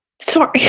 sorry